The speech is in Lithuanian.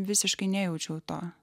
visiškai nejaučiau to